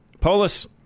Polis